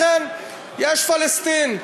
לכן יש פלסטין.